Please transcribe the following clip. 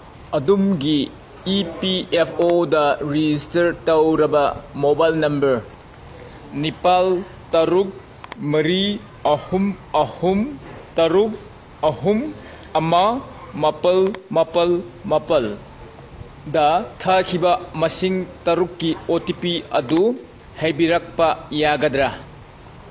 ꯑꯗꯨꯝꯒꯤ E P F ꯑꯣꯗ register ꯇꯧꯔꯕ mobile number ꯅꯤꯄꯥꯜ ꯇꯔꯨꯛ ꯃꯔꯤ ꯑꯍꯨꯝ ꯑꯍꯨꯝ ꯇꯔꯨꯛ ꯑꯍꯨꯝ ꯑꯃ ꯃꯥꯄꯜ ꯃꯥꯄꯜ ꯃꯥꯄꯜ ꯗ ꯊꯥꯈꯏꯕ ꯃꯁꯤꯡ ꯇꯔꯨꯛꯀꯤ ꯑꯣ ꯇꯤ ꯄꯤ ꯑꯗꯨ ꯍꯥꯏꯕꯤꯔꯛꯄ ꯌꯥꯒꯗ꯭ꯔꯥ